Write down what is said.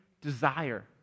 desire